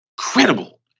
incredible